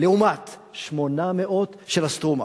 לעומת 800 של "סטרומה".